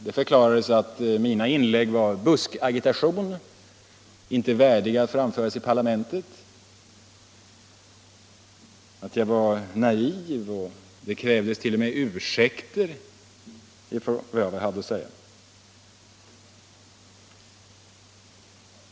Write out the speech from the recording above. Det förklarades att mina inlägg var buskagitation, inte värdiga att framföras i parlamentet, och att jag var naiv. Det krävdes t.o.m. ursäkter från mig för vad jag hade haft att säga.